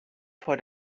vor